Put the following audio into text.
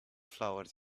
flowers